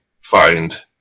find